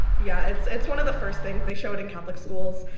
yeah, it's, it's one of the first things they show it in catholic schools.